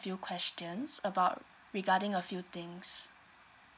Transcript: a few questions about regarding a few things